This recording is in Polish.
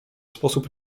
sposób